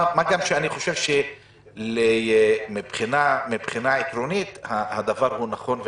מה גם שאני חושב שמבחינה עקרונית הדבר הוא נכון.